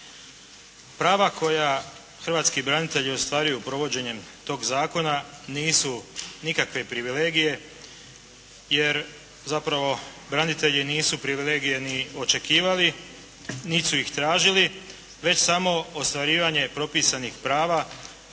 Prava koja hrvatski branitelji ostvaruju provođenjem tog zakona nisu nikakve privilegije, jer zapravo branitelji nisu privilegije ni očekivali niti su ih tražili, već samo ostvarivanje propisanih prava